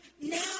now